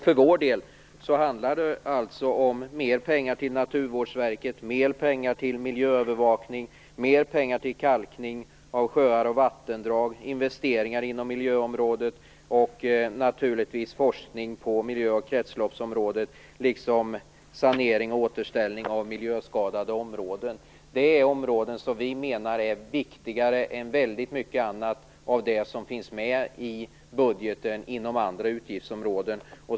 För vår del handlar det alltså om mer pengar till Naturvårdsverket, mer pengar till miljöövervakning, mer pengar till kalkning av sjöar och vattendrag, investeringar inom miljöområdet och naturligtvis forskning på miljö och kretsloppsområdet liksom sanering och återställning av miljöskadade områden. Det är områden som vi menar är viktigare än väldigt mycket annat av det som finns med i budgeten inom andra utgiftsområden.